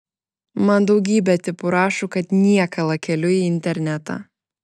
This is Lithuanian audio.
man daugybė tipų rašo kad niekalą keliu į internetą